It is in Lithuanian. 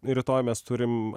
rytoj mes turim